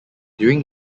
during